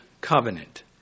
Covenant